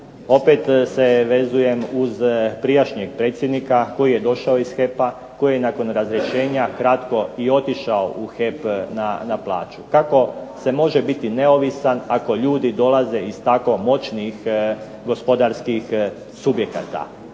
Opet se vezujem uz prijašnjeg predsjednika koji je došao iz HEP-a koji je nakon razrješenja kratko i otišao u HEP na plaću. Kako se može biti neovisan ako ljudi dolaze iz tako moćnih gospodarskih subjekata.